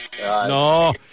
No